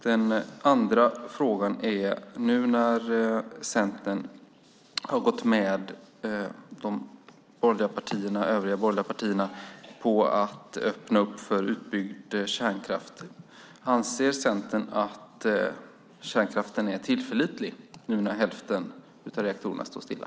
Den andra frågan är: Anser Centern, som nu har gått med de övriga borgerliga partierna på att öppna upp för utbyggd kärnkraft, att kärnkraften är tillförlitlig nu när hälften av reaktorerna står stilla?